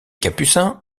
capucins